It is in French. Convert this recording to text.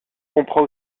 comprend